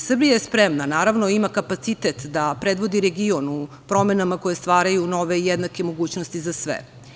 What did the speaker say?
Srbija je spremna, naravno i ima kapacitet, da predvodi region u promenama koje stvaraju nove i jednake mogućnosti za sve.